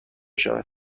شود